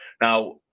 Now